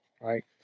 right